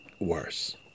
worse